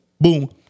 Boom